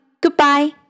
Goodbye